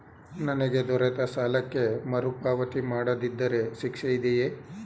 ನನಗೆ ದೊರೆತ ಸಾಲಕ್ಕೆ ಮರುಪಾವತಿ ಮಾಡದಿದ್ದರೆ ಶಿಕ್ಷೆ ಇದೆಯೇ?